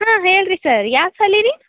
ಹಾಂ ಹೇಳ್ರಿ ಸರ್ ಯಾವ ಸಾಲಿ ರೀ